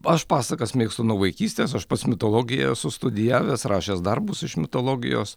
aš pasakas mėgstu nuo vaikystės aš pats mitologiją esu studijavęs rašęs darbus iš mitologijos